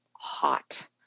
Hot